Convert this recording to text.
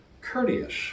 courteous